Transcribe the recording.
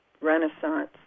renaissance